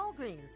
Walgreens